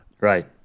Right